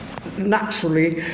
naturally